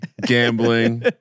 gambling